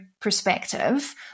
perspective